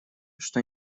что